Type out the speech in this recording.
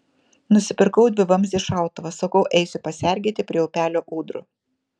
nusipirkau dvivamzdį šautuvą sakau eisiu pasergėti prie upelio ūdrų